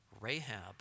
Rahab